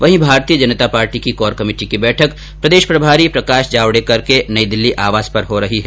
वहीं भारतीय जनता पार्टी की core committee की बैठक प्रदेश प्रभारी प्रकाश जावडेकर के नई दिल्ली आवास पर हो रही है